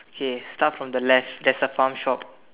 okay start from the left there's a farm shop